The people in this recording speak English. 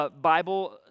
Bible